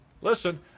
Listen